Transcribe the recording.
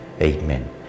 Amen